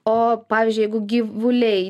o pavyzdžiui jeigu gyvuliai